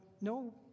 no